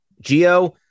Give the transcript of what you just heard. geo